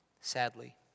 sadly